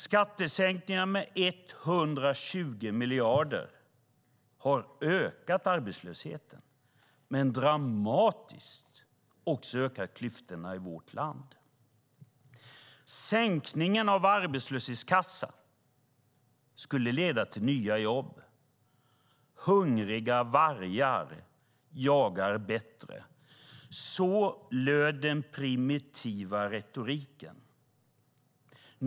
Skattesänkningar med 120 miljarder har ökat arbetslösheten och dramatiskt även ökat klyftorna i vårt land. Sänkningen av arbetslöshetskassan skulle leda till nya jobb. Hungriga vargar jagar bättre, löd den primitiva retoriken.